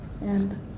And-